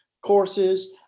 courses